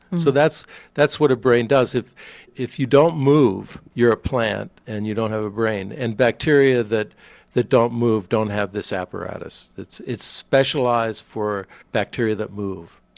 so that's that's what a brain does, if if you don't move, you're a plant and you don't have a brain. and bacteria that that don't move don't have this apparatus. it's specialised for bacteria that move,